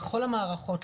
בכל המערכות,